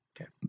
Okay